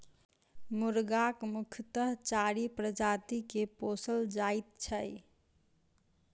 मुर्गाक मुख्यतः चारि प्रजाति के पोसल जाइत छै